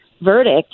verdict